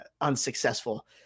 unsuccessful